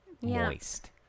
moist